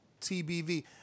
TBV